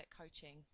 coaching